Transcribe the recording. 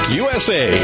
usa